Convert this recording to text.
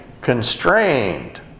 constrained